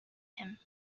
him